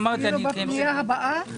אפילו בפנייה הבאה?